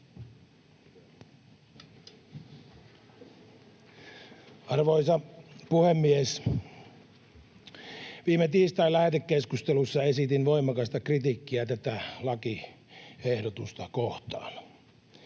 Arvoisa puhemies! Viime tiistain lähetekeskustelussa esitin voimakasta kritiikkiä tätä lakiehdotusta kohtaan.